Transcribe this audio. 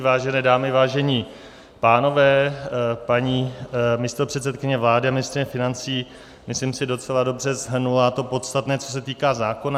Vážené dámy, vážení pánové, paní místopředsedkyně vlády a ministryně financí, myslím si, docela dobře shrnula to podstatné, co se týká zákona.